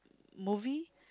movie